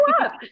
up